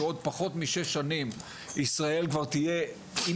ועוד פחות משש שנים ישראל כבר תהיה עם